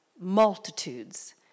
multitudes